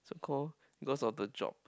so called cause of the job